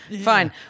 fine